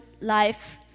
life